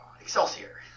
Excelsior